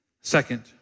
Second